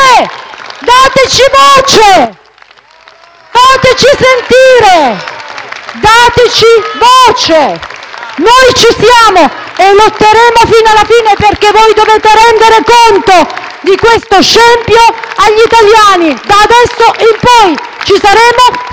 Dateci voce! Fateci sentire! Dateci voce! Noi ci siamo e lotteremo fino alla fine, perché voi dovete rendere conto di questo scempio agli italiani. Da adesso in poi, noi ci saremo sempre!